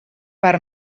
per